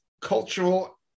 cultural